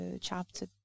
chapter